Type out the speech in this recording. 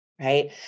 right